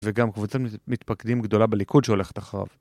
וגם קבוצת מתפקדים גדולה בליכוד שהולכת אחריו.